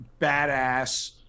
badass